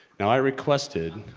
now i requested.